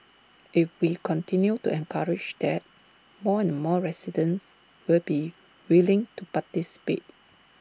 if we continue to encourage that more and more residents will be willing to participate